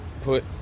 put